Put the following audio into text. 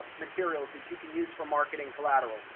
materials that you can use for marketing collateral,